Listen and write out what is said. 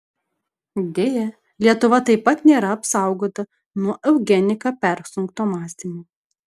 deja lietuva taip pat nėra apsaugota nuo eugenika persunkto mąstymo